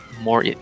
more